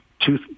two